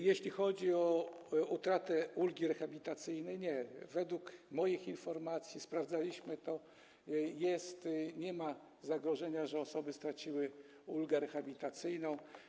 Jeśli chodzi o utratę ulgi rehabilitacyjnej - nie, według moich informacji, a sprawdzaliśmy to, nie ma zagrożenia, żeby te osoby straciły ulgę rehabilitacyjną.